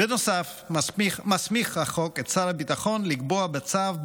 בנוסף מסמיך החוק את שר הביטחון לקבוע בצו,